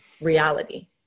reality